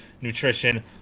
nutrition